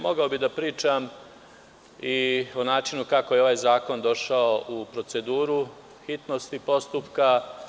Mogao bih da pričam i o načinu kako je ovaj zakon došao u proceduru, hitnosti postupka…